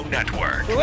Network